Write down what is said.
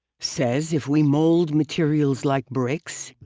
says, if we mold materials like bricks,